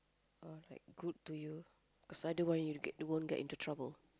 uh like good to you cause I don't want you to get won't get into trouble